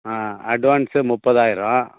ஆ advance முப்பதாயிரம்